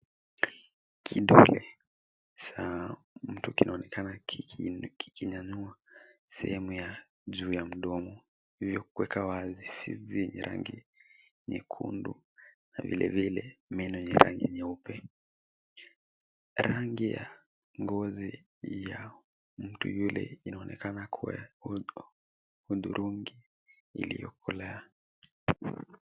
Kidole cha mtu kina onekana kikinyanua sehemu ya juu ya mdomo ili kuweka wazi fizi rangi nyekundu na vile vile meno yenye rangi nyeupe. Rangi ya ngozi ya mtu yule inaonekana kuwa hudhurungi iliyokolea.